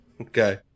Okay